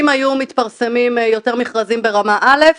אם היו מתפרסמים יותר מכרזים ברמה א',